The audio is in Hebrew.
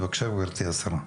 בבקשה, גברתי השרה.